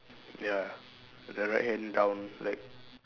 ya the right hand down like